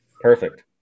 Perfect